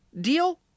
deal